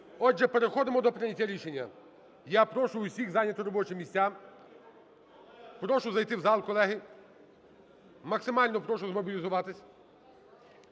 Отже, переходимо до прийняття рішення. Я прошу всіх зайняти робочі місця. Прошу зайти в зал, колеги. Максимально прошу змобілізуватись.